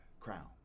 crown